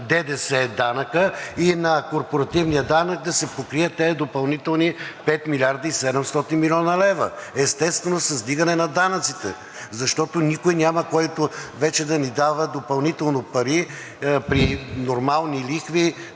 ДДС и на корпоративния данък да се покрият тези допълнителни 5 млрд. и 700 млн. лв.? Естествено, с вдигане на данъците, защото няма никой вече, който да ни дава допълнително пари при нормални лихви